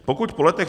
Pokud po letech